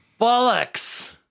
Bollocks